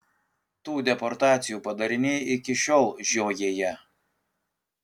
tų deportacijų padariniai iki šiol žiojėja